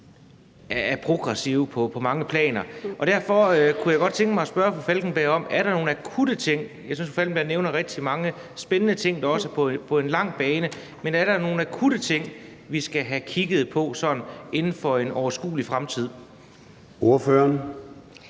så må sige, på mange planer. Og derfor kunne jeg godt tænke mig at spørge fru Anna Falkenberg om, om der er nogle akutte ting. Jeg synes, fru Anna Falkenberg nævner rigtig mange spændende ting, også på den lange bane, men er der nogle akutte ting, vi skal have kigget på sådan inden for en overskuelig fremtid? Kl.